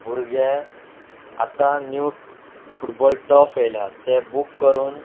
भुरगे आतां new football turf येयल्या तें बूक करून